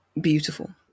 beautiful